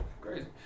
crazy